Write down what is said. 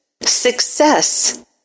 Success